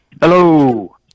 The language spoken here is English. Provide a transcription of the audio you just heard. Hello